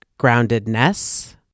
groundedness